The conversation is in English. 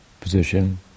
position